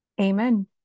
Amen